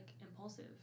impulsive